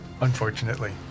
Unfortunately